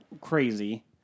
crazy